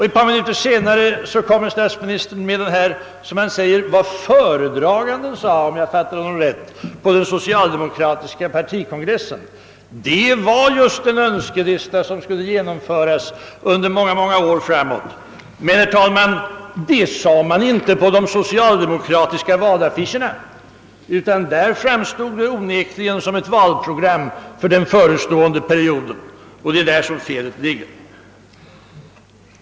Ett par minuter senare redogjorde statsministern för vad — om jag fattade honom rätt — föredraganden sade på den socialdemokratiska partikongressen. Det var just en önskelista som skulle genomföras under många år framåt. Men, herr talman, det sade man inte på de socialdemokratiska vaälaffiseherna, utan där framstod detta onekligen som ett valprogram för den förestående perioden. Det är där felet ligger.